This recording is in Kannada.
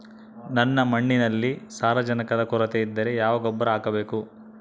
ನನ್ನ ಮಣ್ಣಿನಲ್ಲಿ ಸಾರಜನಕದ ಕೊರತೆ ಇದ್ದರೆ ಯಾವ ಗೊಬ್ಬರ ಹಾಕಬೇಕು?